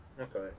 okay